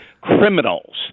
criminals